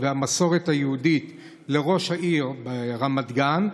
והמסורת היהודית לראש העיר רמת גן,